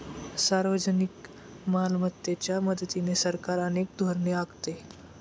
सार्वजनिक मालमत्तेच्या मदतीने सरकार अनेक धोरणे आखते